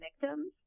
victims